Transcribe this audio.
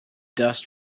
dust